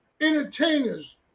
entertainers